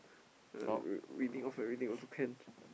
reading off everything also can